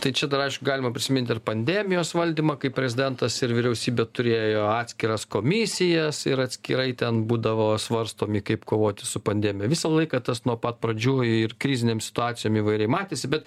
tai čia dar aišku galima prisimint ir pandemijos valdymą kaip prezidentas ir vyriausybė turėjo atskiras komisijas ir atskirai ten būdavo svarstomi kaip kovoti su pandemija visą laiką tas nuo pat pradžių ir krizinėm situacijom įvairiai matėsi bet